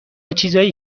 چیزایی